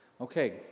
Okay